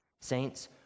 Saints